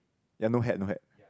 ya no hat no hat